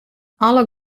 alle